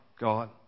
God